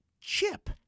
Chip